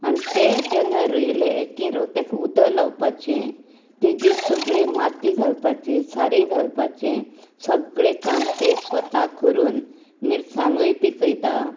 आनी तें जेन्ना रोयले की तेका उदक लावपाचे तेची सगळीं माती घालपाची सारें घालपाचे सगळें काम तें स्वताक करून मिरसांगोय पिकयता